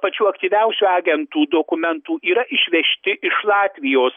pačių aktyviausių agentų dokumentų yra išvežti iš latvijos